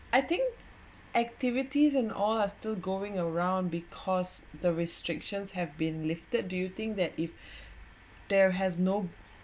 I think activities and are still going around because the restrictions have been lifted do you think that if there has no